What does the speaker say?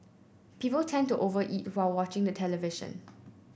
people tend to over eat while watching the television